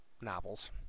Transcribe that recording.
novels